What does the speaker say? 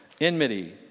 enmity